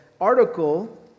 article